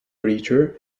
preacher